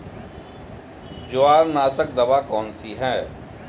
जवार नाशक दवा कौन सी है?